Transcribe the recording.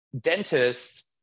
dentists